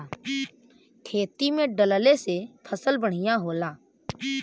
खेती में डलले से फसल बढ़िया होला